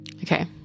Okay